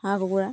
হাঁহ কুকুৰা